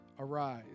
Arise